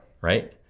Right